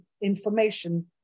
information